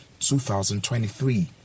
2023